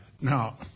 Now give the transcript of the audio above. Now